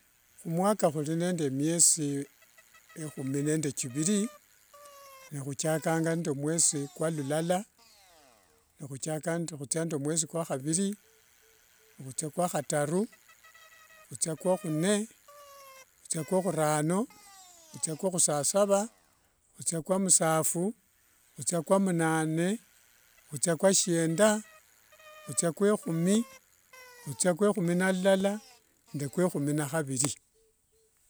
Khumwaka khuli nende nemiesi ekhumi nende thiviri nehuchakanga nende mwesi kuolulala, nhutsia kwa khaviri, huthia kwakhutaru, khuthia kwakhutaru, khuthia kwakhune, khuthia kwa khurano, khuthia kwakhusasava, khuthia kwa musafu, khuthia kwa munane, khuthia kwashienda, khuthia kwa ekhumi, khuthia kwa ekhumi nende ekhumi nakhaviri.